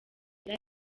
inda